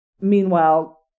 Meanwhile